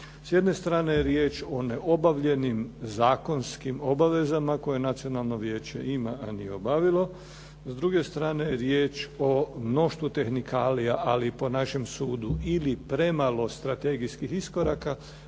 S jedne strane je riječ o neobavljenim zakonskim obavezama koje Nacionalno vijeće ima, a nije obavilo. S druge strane je riječ o mnoštvu tehnikalija, ali po našem sudu ili premalo strategijskih iskoraka,